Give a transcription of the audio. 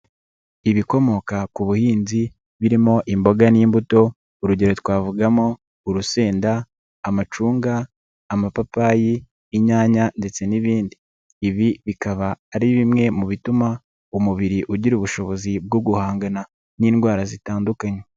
Ibikomoka ku buhinzi birimo imboga n'imbuto urugero twavugamo urusenda, amacunga, amapapayi, inyanya ndetse n'ibindi. Ibi bikaba ari bimwe mu bituma umubiri ugira ubushobozi bwo guhangana n'indwara zitandukanye.